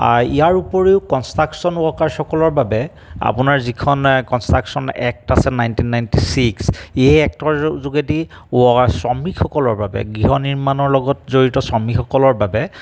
ইয়াৰ উপৰিও কনষ্ট্ৰাকশ্যন ওৱৰ্কাৰ্চসকলৰ বাবে আপোনাৰ যিখন কনষ্ট্ৰকশ্যন এক্ট আছে নাইনটিন নাইনটি ছিক্স এই এক্টৰ যো যোগেদি শ্ৰমিকসকলৰ বাবে গৃহ নিৰ্মাণৰ লগত জড়িত শ্ৰমিকসকলৰ বাবে